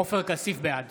(קורא בשם חבר הכנסת) עופר כסיף, בעד